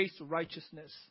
righteousness